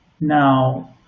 now